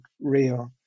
real